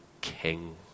king